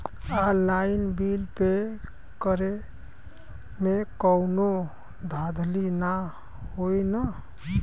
Online bill pay करे में कौनो धांधली ना होई ना?